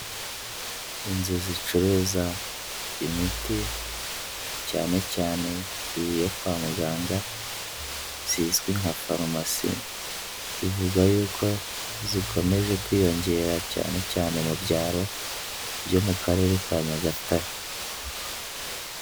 Inzu zicuruza imiti cyane cyane iyo kwa muganga zizwi nka farumasi bivuga yuko zikomeje kwiyongera cyane cyane mu byaro byo mu Karere ka Nyagatare.